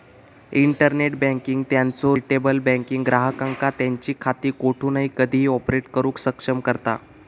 internet banking त्यांचो retail banking ग्राहकांका त्यांची खाती कोठूनही कधीही ऑपरेट करुक सक्षम करता